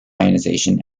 ionization